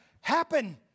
happen